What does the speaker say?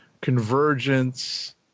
Convergence